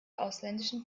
ausländischen